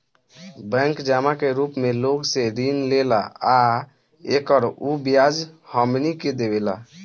bank जमा के रूप मे लोग से ऋण लेला आ एकर उ ब्याज हमनी के देवेला